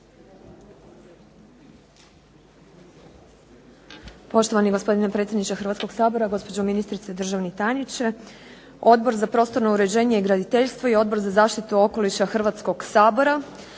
Poštovani gospodine predsjedniče Hrvatskog sabora, gospođo ministrice, državni tajniče. Odbor za prostorno uređenje i graditeljstvo i Odbor za zaštitu okoliša Hrvatskog sabora